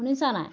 শুনিছা নাই